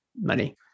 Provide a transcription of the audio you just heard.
money